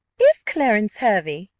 if clarence hervey,